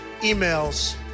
emails